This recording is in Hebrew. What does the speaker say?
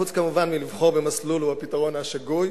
חוץ מלבחור במסלול שהוא הפתרון השגוי,